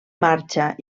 marxa